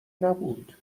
نبود